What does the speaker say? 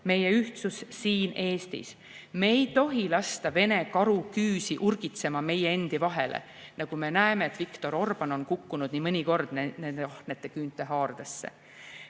meie ühtsus siin, Eestis. Me ei tohi lasta Vene karu küüsi urgitsema meie endi vahele, nagu me näeme, et Viktor Orbán on kukkunud nii mõnigi kord nende ahnete küünte haardesse.